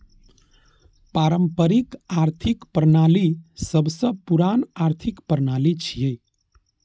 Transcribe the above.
पारंपरिक आर्थिक प्रणाली सबसं पुरान आर्थिक प्रणाली छियै